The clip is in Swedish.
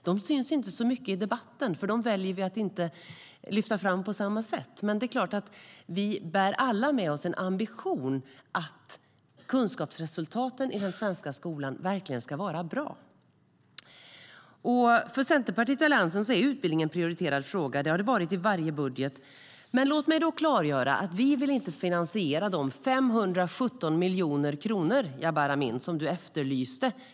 De syns inte så mycket i debatten, för dem väljer vi att inte lyfta fram på samma sätt. Men det är klart att vi alla bär med oss en ambition att kunskapsresultaten i den svenska skolan verkligen ska vara bra. För Centerpartiet och Alliansen är utbildning en prioriterad fråga. Det har det varit i varje budget. Men låt mig klargöra att vi inte vill finansiera de 517 miljoner kronor, Jabar Amin, som du efterlyste.